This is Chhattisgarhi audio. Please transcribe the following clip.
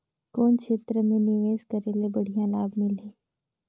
कौन क्षेत्र मे निवेश करे ले बढ़िया लाभ मिलही?